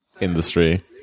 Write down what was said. industry